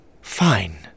Fine